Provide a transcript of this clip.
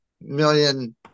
million